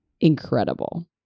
incredible